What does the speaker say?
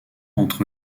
entre